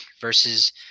versus